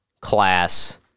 class